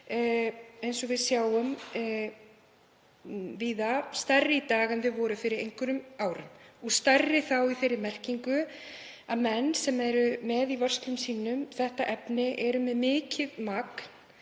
eins og við sjáum víða, stærri í dag en þau voru fyrir einhverjum árum, stærri í þeirri merkingu að menn sem eru með í vörslu sinni þetta efni eru með mikið magn,